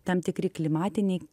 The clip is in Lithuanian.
tam tikri klimatiniai